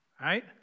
right